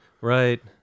Right